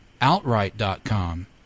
Outright.com